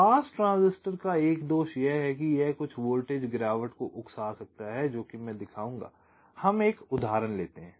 पास transistor का एक दोष यह है कि यह कुछ वोल्टेज गिरावट को उकसा सकता है जोकि मैं दिखाऊंगा हम एक उदाहरण लेते हैं